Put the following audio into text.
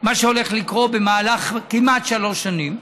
מה שהולך לקרות במהלך כמעט שלוש שנים.